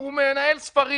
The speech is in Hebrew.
הוא מנהל ספרים.